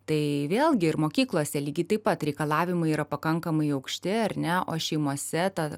tai vėlgi ir mokyklose lygiai taip pat reikalavimai yra pakankamai aukšti ar ne o šeimose ta